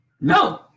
no